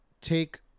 take